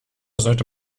sollte